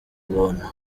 ubuntu